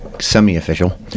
semi-official